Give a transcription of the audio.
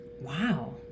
wow